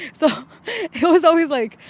so it was always like,